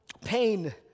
pain